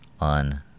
On